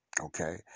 Okay